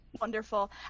Wonderful